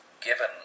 given